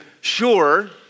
sure